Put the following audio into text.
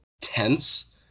tense